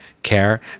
care